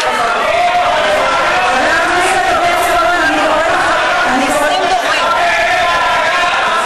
חברי הכנסת עודד פורר ומסעוד גנאים,